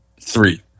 Three